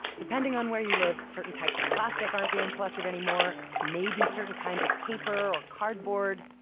depending on where you live, certain types of plastic aren't being collected anymore, maybe certain kinds of paper or cardboard.